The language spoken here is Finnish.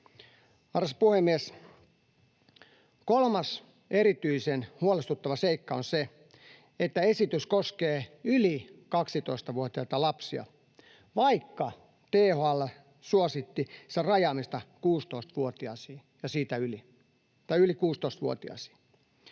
Arvoisa puhemies! Kolmas erityisen huolestuttava seikka on se, että esitys koskee yli 12-vuotiaita lapsia, vaikka THL suositti sen rajaamista yli 16-vuotiaisiin. 12—15-vuotiaiden